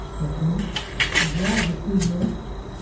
ᱛᱚᱠᱷᱚᱱ ᱟᱵᱚᱣᱟᱜ ᱞᱩᱛᱩᱨ ᱨᱮ